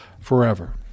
forever